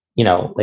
you know,